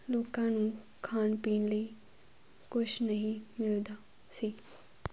ਲੋਕਾਂ ਨੂੰ ਖਾਣ ਪੀਣ ਲਈ ਕੁਛ ਨਹੀਂ ਮਿਲਦਾ ਸੀ